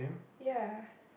ya